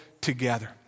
together